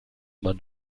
man